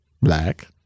black